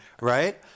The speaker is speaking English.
right